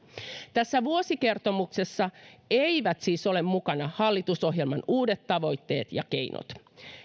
tässä vuosikertomuksessa eivät siis ole mukana hallitusohjelman uudet tavoitteet ja keinot